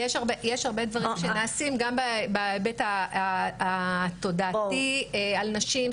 יש הרבה דברים שנעשים גם בהיבט התודעתי על נשים,